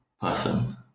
person